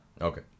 okay